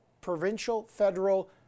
provincial-federal